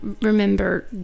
remember